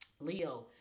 Leo